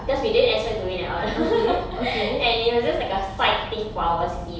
because we didn't expect to win at all and it was just like a side thing for our C_C_A